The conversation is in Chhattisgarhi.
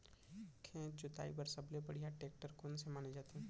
खेत जोताई बर सबले बढ़िया टेकटर कोन से माने जाथे?